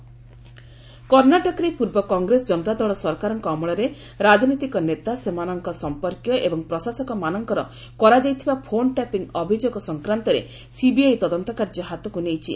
CBI phone tapping କର୍ଣ୍ଣାଟକରେ ପୂର୍ବ କଂଗ୍ରେସ ଜନତାଦଳ ସରକାରଙ୍କ ଅମଳରେ ରାଜନୀତିକ ନେତା ସେମାନଙ୍କର ସମ୍ପର୍କୀୟ ଏବଂ ପ୍ରଶାସନ ମାନଙ୍କର କରାଯାଇଥିବା ଫୋନ ଟ୍ୟାପିଂ ଅଭିଯୋଗ ସଂକ୍ରାନ୍ତରେ ସିବିଆଇ ତଦନ୍ତ କାର୍ଯ୍ୟ ହାତକୁ ନେଇଛି